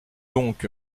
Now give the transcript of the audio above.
donc